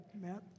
Matt